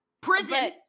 Prison